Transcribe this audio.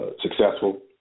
successful